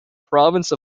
province